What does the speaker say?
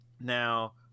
Now